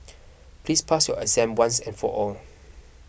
please pass your exam once and for all